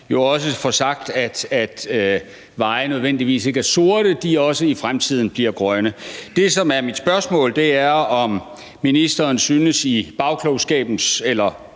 jo også får sagt, at veje ikke nødvendigvis er sorte, men at de også i fremtiden bliver grønne. Det, som er mit spørgsmål, er, om ministeren i bagklogskabens lys